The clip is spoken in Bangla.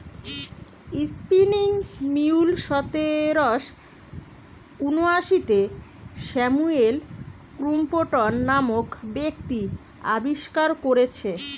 স্পিনিং মিউল সতেরশ ঊনআশিতে স্যামুয়েল ক্রম্পটন নামক ব্যক্তি আবিষ্কার কোরেছে